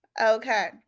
okay